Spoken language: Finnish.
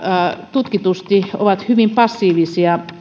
tutkitusti ovat hyvin passiivisia